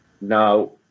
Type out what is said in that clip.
Now